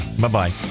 Bye-bye